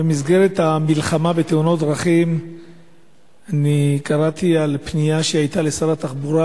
במסגרת המלחמה בתאונות הדרכים קראתי על פנייה שהיתה לשר התחבורה